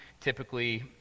typically